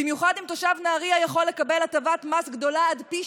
במיוחד אם תושב נהריה יכול לקבל הטבת מס גדולה עד פי